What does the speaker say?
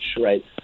right